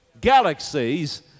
galaxies